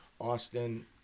Austin